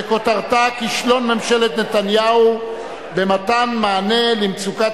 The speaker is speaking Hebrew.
וכותרתה: כישלון ממשלת נתניהו במתן מענה למצוקת